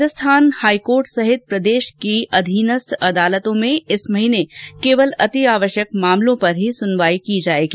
Rajasthan high court सहित प्रदेश की अधीनस्थ अदालतों में इस माह केवल अतिआवश्यक मामलों पर ही सुनवाई की जाएगी